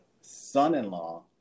son-in-law